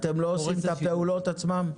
אתם לא עושים את ההסברה עצמה?